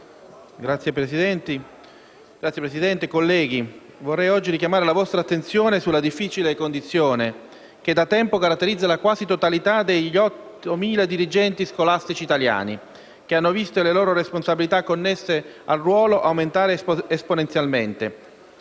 Signor Presidente, colleghi, vorrei oggi richiamare la vostra attenzione sulla difficile condizione che da tempo caratterizza la quasi totalità degli 8.000 dirigenti scolastici italiani, che hanno visto le responsabilità connesse al loro ruolo aumentare esponenzialmente.